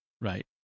right